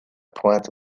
pointe